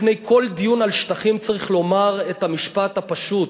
לפני כל דיון על שטחים צריך לומר את המשפט הפשוט: